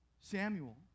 Samuel